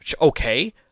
Okay